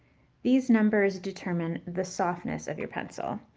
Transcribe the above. these numbers determine the softness of your pencil.